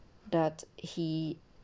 that he